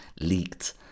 leaked